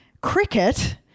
cricket